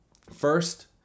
first